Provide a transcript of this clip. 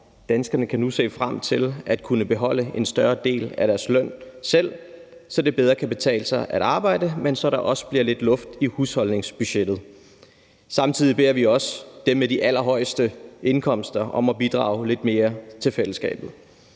Danskerne kan nu se frem til at kunne beholde en større del af deres løn selv, så det bedre kan betale sig at arbejde, men så der også bliver lidt luft i husholdningsbudgettet. Samtidig beder vi også dem med de allerhøjeste indkomster om at bidrage lidt mere til fællesskabet.